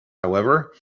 however